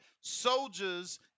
Soldiers